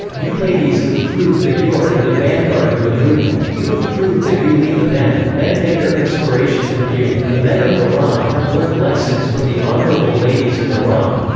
you ladies have proved that you are in the vanguard of the movement, you have proved that you lead the men, men get their inspiration from you, the men of iran have learnt lessons from the honourable ladies of iran.